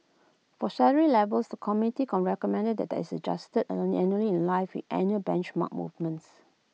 for salary levels the committee recommended that this is adjusted annually in line with annual benchmark movements